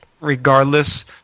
regardless